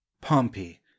Pompey